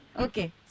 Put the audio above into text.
okay